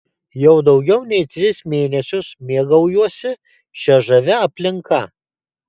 jau daugiau nei tris mėnesius mėgaujuosi šia žavia aplinka